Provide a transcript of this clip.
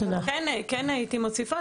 הייתי מוסיפה